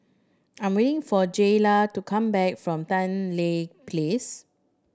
I'm waiting for Jaylah to come back from Tan Tye Place